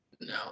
no